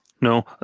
No